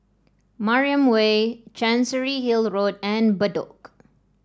Mariam Way Chancery Hill Road and Bedok